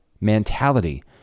mentality